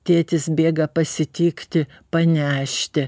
tėtis bėga pasitikti panešti